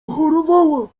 chorowała